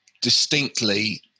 distinctly